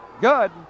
Good